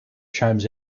chimes